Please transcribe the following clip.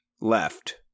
left